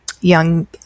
young